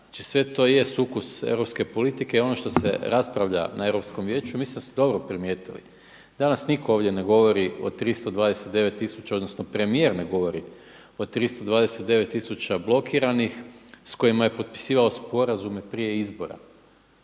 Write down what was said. znači sve to jest sukus europske politike i ono što se raspravlja na Europskom vijeću. I mislim da ste dobro primijetili, danas nitko ovdje ne govori od 329 tisuća, odnosno premijer ne govori o 329 tisuća blokiranih s kojima je potpisivao sporazume prije izbora.